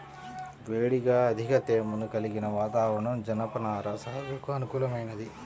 వేడిగా అధిక తేమను కలిగిన వాతావరణం జనపనార సాగుకు అనుకూలమైంది